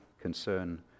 concern